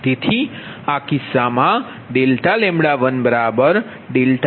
તેથી આ કિસ્સામાં ∆Pg12d112d212d3762